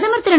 பிரதமர் திரு